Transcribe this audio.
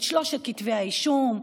את שלושת כתבי האישום.